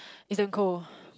it's damn cold